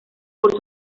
por